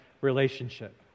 relationship